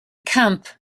camp